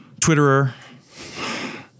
Twitterer